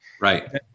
right